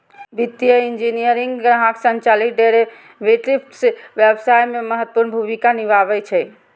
वित्तीय इंजीनियरिंग ग्राहक संचालित डेरेवेटिव्स व्यवसाय मे महत्वपूर्ण भूमिका निभाबै छै